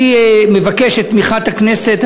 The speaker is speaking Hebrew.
אני מבקש את תמיכת הכנסת.